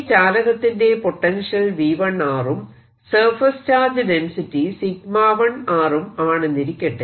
ഈ ചാലകത്തിന്റെ potential V1 ഉം സർഫേസ് ചാർജ് ഡെൻസിറ്റി 𝜎1 ഉം ആണെന്നിരിക്കട്ടെ